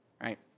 right